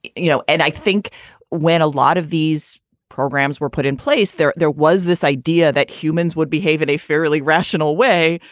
you know, and i think when a lot of these programs were put in place there, there was this idea that humans would behave in a fairly rational way,